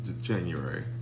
January